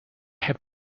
have